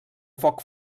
foc